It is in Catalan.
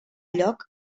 lloc